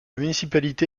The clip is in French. municipalité